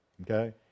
Okay